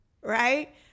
Right